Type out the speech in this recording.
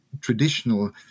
traditional